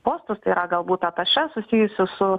postus tai yra galbūt atašė susijusius su